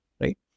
right